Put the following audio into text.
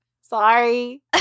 Sorry